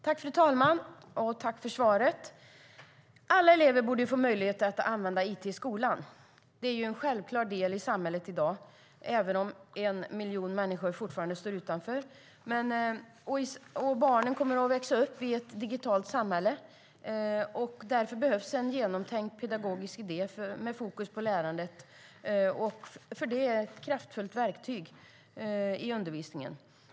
Fru talman! Jag tackar utbildningsministern för svaret. Alla elever borde få möjlighet att använda it i skolan. Det är en självklar del i samhället i dag, även om en miljon människor fortfarande står utanför. Barnen kommer att växa upp i ett digitalt samhälle. Därför behövs en genomtänkt pedagogisk idé med fokus på lärandet, och it är ett kraftfullt verktyg i undervisningen.